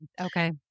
Okay